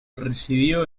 residió